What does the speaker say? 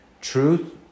Truth